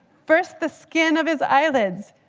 first the skin of his eyelids,